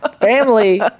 Family